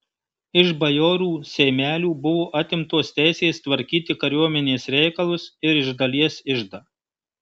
iš bajorų seimelių buvo atimtos teisės tvarkyti kariuomenės reikalus ir iš dalies iždą